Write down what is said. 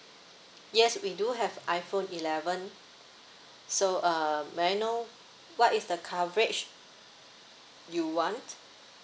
yes we do have iphone eleven so uh may I know what is the coverage you want